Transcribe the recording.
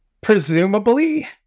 Presumably